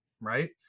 Right